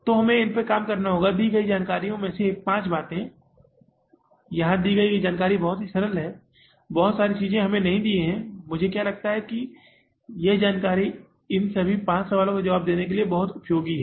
तो हमें इन पर काम करना होगा दी गई इस जानकारी में से पाँच बातें यह दी गई जानकारी बहुत ही सरल है बहुत सी चीज़ें हमें नहीं दी गई हैं मुझे क्या लगता है कि यह जानकारी इन सभी पाँच सवालों के जवाब देने के लिए बहुत उपयोगी है